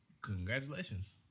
Congratulations